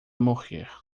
morrer